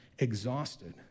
exhausted